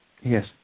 Yes